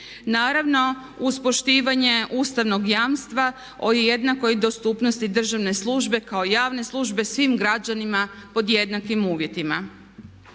Naravno uz poštivanje ustavnog jamstva o jednakoj dostupnosti državne službe kao javne službe svim građanima pod jednakim uvjetima.